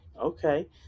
Okay